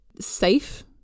safe